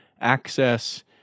access